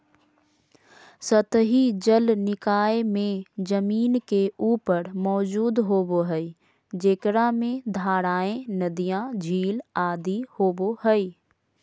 सतही जल निकाय जे जमीन के ऊपर मौजूद होबो हइ, जेकरा में धाराएँ, नदियाँ, झील आदि होबो हइ